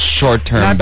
short-term